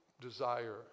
desire